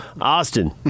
Austin